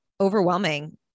overwhelming